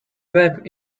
web